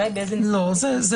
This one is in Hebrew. והש אנחנו